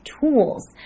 Tools